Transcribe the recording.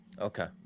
okay